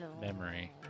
memory